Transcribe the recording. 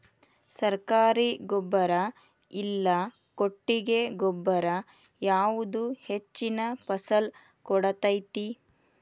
ಸರ್ಕಾರಿ ಗೊಬ್ಬರ ಇಲ್ಲಾ ಕೊಟ್ಟಿಗೆ ಗೊಬ್ಬರ ಯಾವುದು ಹೆಚ್ಚಿನ ಫಸಲ್ ಕೊಡತೈತಿ?